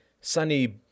Sunny